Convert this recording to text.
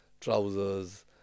trousers